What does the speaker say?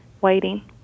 waiting